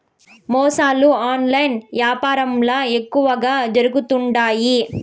మోసాలు ఆన్లైన్ యాపారంల ఎక్కువగా జరుగుతుండాయి